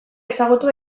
ezagutu